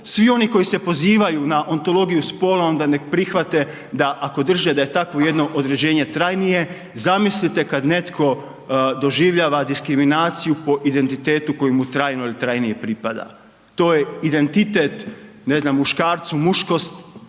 Svi oni koji se pozivaju na ontologiju spola, onda nek prihvate da ako drže da je takvo jedno određenje trajnije, zamislite kad netko doživljava diskriminaciju po identitetu koji mu trajno ili trajnije pripada, to je identitet, ne znam, muškarcu muškost,